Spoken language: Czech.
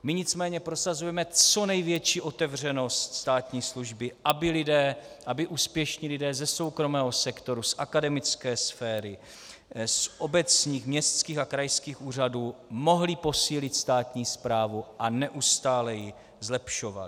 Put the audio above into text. My nicméně prosazujeme co největší otevřenost státní služby, aby úspěšní lidé ze soukromého sektoru, z akademické sféry, z obecních, městských a krajských úřadů mohli posílit státní správu a neustále ji zlepšovali.